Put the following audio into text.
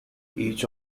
each